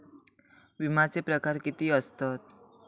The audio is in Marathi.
विमाचे प्रकार किती असतत?